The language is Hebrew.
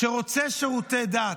שרוצה שירותי דת,